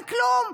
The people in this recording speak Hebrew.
אין כלום?